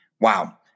wow